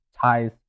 ties